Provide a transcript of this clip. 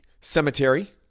cemetery